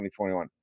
2021